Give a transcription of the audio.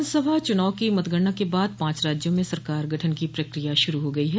विधानसभा चुनाव की मतगणना के बाद पांच राज्यों में सरकार गठन की प्रक्रिया शुरू हो गई है